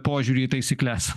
požiūrį į taisykles